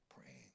praying